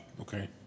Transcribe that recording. Okay